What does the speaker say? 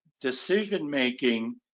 decision-making